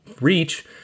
Reach